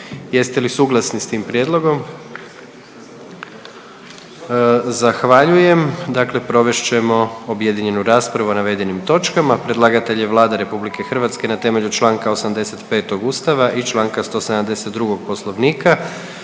Jeste li suglasni s tim prijedlogom? Zahvaljujem. Dakle provest ćemo objedinjenu raspravu o navedenim točkama. Predlagatelj je Vlada RH na temelju čl. 85. Ustava i čl. 172. Poslovnika.